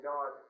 God